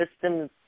systems